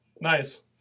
Nice